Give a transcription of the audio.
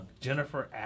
Jennifer